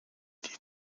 die